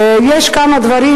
יש כמה דברים,